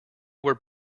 were